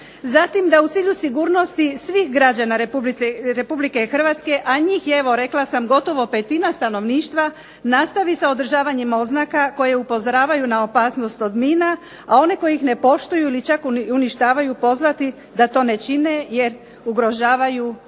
Zatim, da u cilju sigurnosti svih građana RH, a njih je evo rekla sam gotovo petina stanovništva, nastavi se sa održavanjem oznaka koje upozoravaju na opasnost od mina, a one koji ih ne poštuju ili čak uništavaju pozvati da to ne čine jer ugrožavaju život